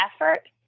effort